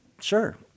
sure